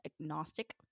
agnostic